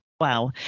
Wow